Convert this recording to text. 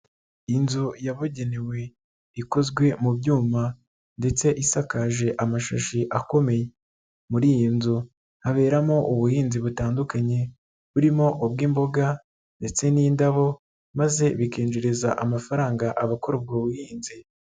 Inzu yababugenewe ikozwe mu byuma ndetse isakaje amashashi akomeye, muri iyi nzu haberamo ubuhinzi butandukanye, burimo ubw'imboga ndetse n'indabo, maze bikinjiriza amafaranga abakora ubwo buhinzi.